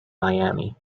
miami